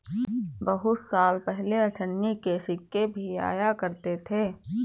बहुत साल पहले अठन्नी के सिक्के भी आया करते थे